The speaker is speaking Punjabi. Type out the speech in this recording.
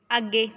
ਅੱਗੇ